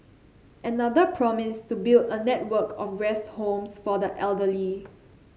another promised to build a network of rest homes for the elderly